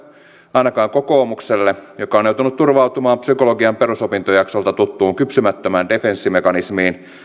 ainakaan kokoomukselle joka on joutunut turvautumaan psykologian perusopintojaksolta tuttuun kypsymättömään defenssimekanismiin